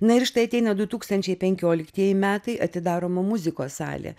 na ir štai ateina du tūkstančiai penkioliktieji metai atidaroma muzikos salė